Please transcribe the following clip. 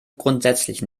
grundsätzlich